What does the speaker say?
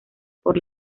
por